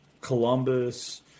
Columbus